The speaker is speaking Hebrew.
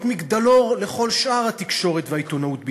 מגדלור לכל שאר התקשורת והעיתונאות בישראל.